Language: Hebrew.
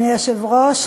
אדוני היושב-ראש,